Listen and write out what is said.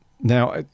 Now